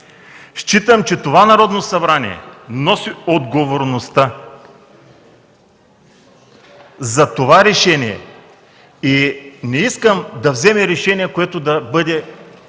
Считам, че това Народно събрание носи отговорността за това решение и не искам да вземе решение, което да бъде